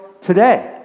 today